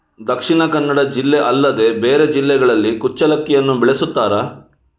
ದಕ್ಷಿಣ ಕನ್ನಡ ಜಿಲ್ಲೆ ಅಲ್ಲದೆ ಬೇರೆ ಜಿಲ್ಲೆಗಳಲ್ಲಿ ಕುಚ್ಚಲಕ್ಕಿಯನ್ನು ಬೆಳೆಸುತ್ತಾರಾ?